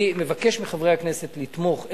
אני מבקש מחברי הכנסת לתמוך.